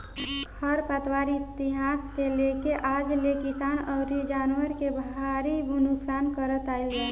खर पतवार इतिहास से लेके आज ले किसान अउरी जानवर के भारी नुकसान करत आईल बा